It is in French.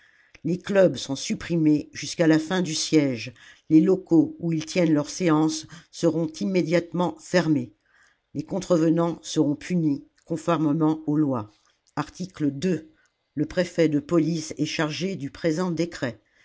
les clubs sont supprimés jusqu'à la fin du siège les locaux où ils tiennent leurs séances seront immédiatement fermés les contrevenants seront punis conformément aux lois rticle e préfet de police est chargé du présent décret